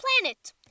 planet